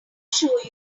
show